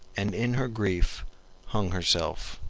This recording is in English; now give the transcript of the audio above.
and in her grief hung herself.